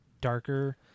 darker